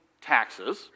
taxes